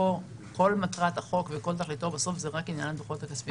כאן כל מטרת החוק היא וכל תכליתו היא רק עניין הדוחות הכספיים.